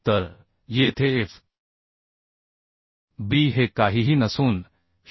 तर येथे f b हे काहीही नसून 0